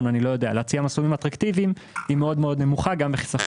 להציע מסלולים אטרקטיביים היא מאוד-מאוד נמוכה גם בחיסכון.